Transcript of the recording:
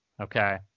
okay